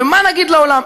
ומה נגיד לעולם,